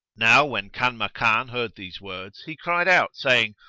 now when kanmakan heard these words, he cried out, saying,